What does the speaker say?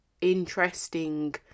interesting